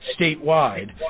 statewide